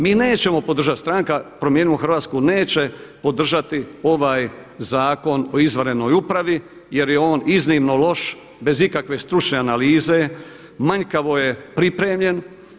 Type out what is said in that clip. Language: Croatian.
Mi nećemo podržati, stranka Promijenimo Hrvatsku neće podržati ovaj zakon o izvanrednoj upravi jer je on iznimno loš bez ikakve stručne analize, manjkavo je pripremljen.